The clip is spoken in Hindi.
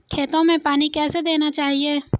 खेतों में पानी कैसे देना चाहिए?